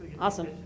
Awesome